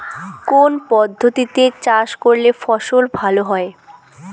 কোন পদ্ধতিতে চাষ করলে ফসল ভালো হয়?